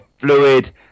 fluid